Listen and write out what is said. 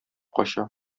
кача